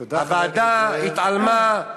תודה, חבר הכנסת זאב.